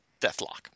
Deathlock